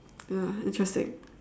ya interesting